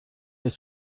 ist